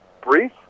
brief